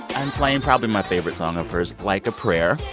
i'm playing probably my favorite song of hers, like a prayer.